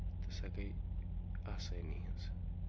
تہٕ سۄ گٔے آسٲنی ہٕنٛز